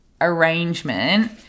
arrangement